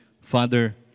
Father